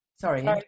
Sorry